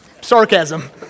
sarcasm